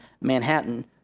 Manhattan